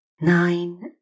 Nine